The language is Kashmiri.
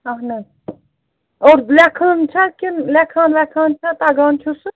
اَہن حظ اوٚر لٮ۪کھان چھےٚ کِن لٮ۪کھان وٮ۪کھان چھےٚ تَگان چھُسہٕ